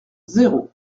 zéro